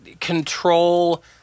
control